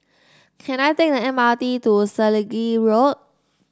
can I take the M R T to Selegie Road